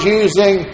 using